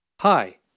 Hi